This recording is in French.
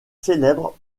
célèbre